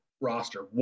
roster